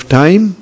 time